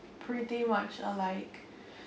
pretty much alike